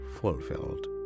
fulfilled